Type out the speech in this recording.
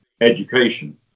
education